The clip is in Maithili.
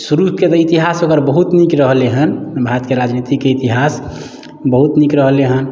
शुरू के तऽ इतिहास ओकर बहुत नीक रहलै हन भारत के राजनीती के इतिहास बहुत नीक रहलै हन